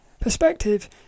Perspective